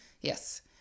yes